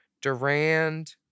Durand